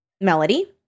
Melody